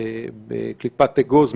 בקליפת אגוז,